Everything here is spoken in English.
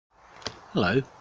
Hello